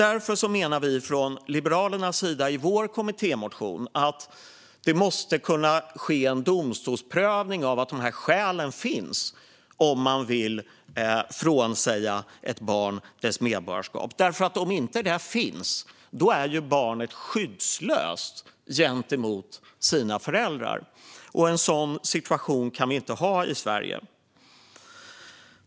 Därför menar Liberalerna i vår kommittémotion att det måste kunna ske en domstolsprövning av att dessa skäl finns om man vill frånsäga ett barn dess medborgarskap. Om inte det finns är barnet nämligen skyddslöst gentemot sina föräldrar, och en sådan situation kan vi inte ha i Sverige.